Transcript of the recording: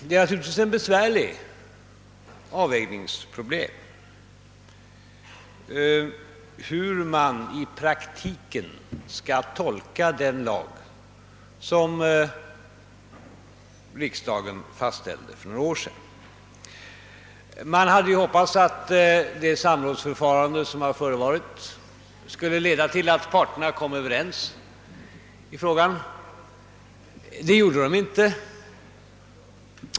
Det är naturligtvis många gånger svårt att i praktiken tolka den lag som riksdagen fastställde för några år sedan, Man hade hoppats att det samrådsförfarande som hade förevarit skulle leda till att parterna kom överens i frågan, men det gjorde de inte.